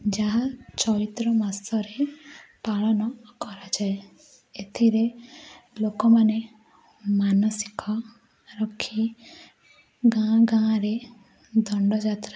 ଯାହା ଚୈତ୍ର ମାସରେ ପାଳନ କରାଯାଏ ଏଥିରେ ଲୋକମାନେ ମାନସିକ ରଖି ଗାଁ ଗାଁରେ ଦଣ୍ଡଯାତ୍ରା